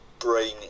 brain